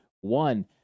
one